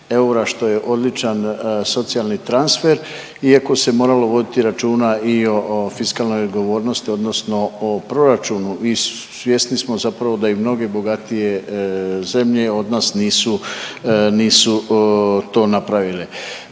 eura što je odličan socijalni transfer iako se moralo voditi računa i o, o fiskalnoj odgovornosti odnosno o proračunu i svjesni smo zapravo i da mnoge bogatije zemlje od nas nisu, nisu to napravile.